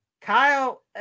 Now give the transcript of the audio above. Kyle